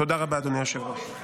תודה רבה, אדוני היושב-ראש.